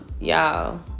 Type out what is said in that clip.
Y'all